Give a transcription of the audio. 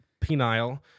penile